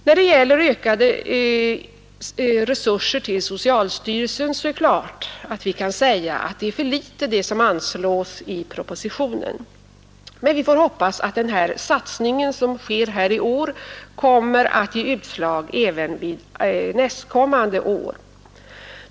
När det gäller ökade resurser till socialstyrelsen kan vi givetvis säga, att det som anslås i propositionen är för litet. Men vi får hoppas att den satsning som i år sker kommer att ge utslag även nästkommande år.